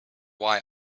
why